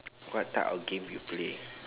what type of game you play